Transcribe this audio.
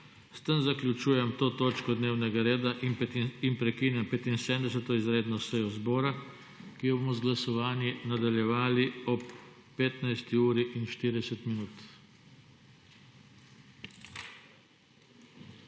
S tem zaključujem to točko dnevnega reda in prekinjam 75. izredno sejo zbora, ki jo bomo z glasovanji nadaljevali ob 15.40.